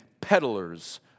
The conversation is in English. peddlers